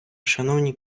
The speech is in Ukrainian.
шановні